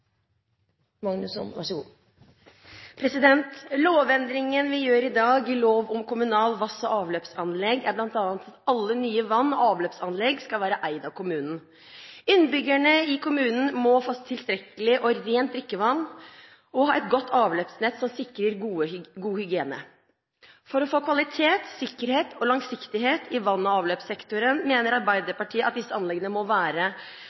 at alle nye vann- og avløpsanlegg skal være eid av kommunen. Innbyggerne i kommunen må få tilstrekkelig og rent drikkevann og ha et godt avløpsnett som sikrer god hygiene. For å få kvalitet, sikkerhet og langsiktighet i vann- og avløpssektoren mener Arbeiderpartiet at disse anleggene må være